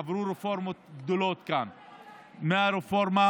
עברו רפורמות גדולות כאן, מהרפורמה